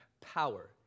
power